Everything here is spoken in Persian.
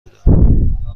بودم